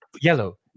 yellow